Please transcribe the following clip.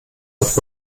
auf